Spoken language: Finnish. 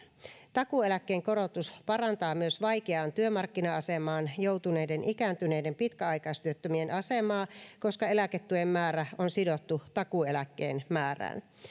takuueläkkeen korotus parantaa myös vaikeaan työmarkkina asemaan joutuneiden ikääntyneiden pitkäaikaistyöttömien asemaa koska eläketuen määrä on sidottu takuueläkkeen määrään